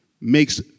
makes